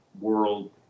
world